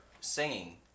singing